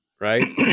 right